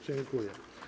Dziękuję.